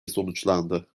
sonuçlandı